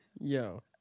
Yo